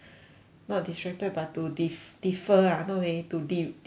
not distracted but to diff~ differ ah no eh to de~ derive ah